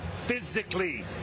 physically